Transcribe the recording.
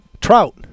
Trout